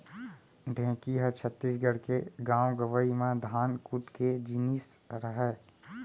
ढेंकी ह छत्तीसगढ़ के गॉंव गँवई म धान कूट के जिनिस रहय